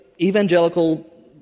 evangelical